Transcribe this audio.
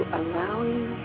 allowing